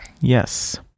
Yes